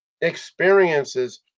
experiences